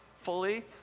fully